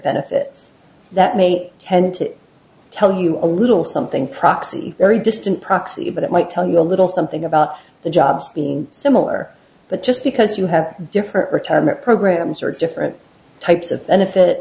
benefit that may tend to tell you a little something proxy a very distant proxy but it might tell you a little something about the job being similar but just because you have different retirement programs or different types of